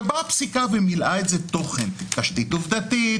באה הפסיקה ומילאה את זה תוכן תשתית עובדתית,